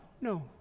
no